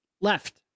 left